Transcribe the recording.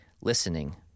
listening